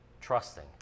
trusting